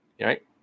right